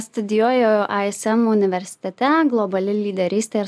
studijuoju ism universitete globali lyderystė ir